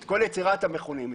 את כל יצירת המכונים,